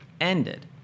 ended